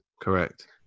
Correct